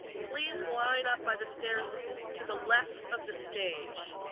please line up by the stairs to the left of the stage.